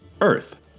Earth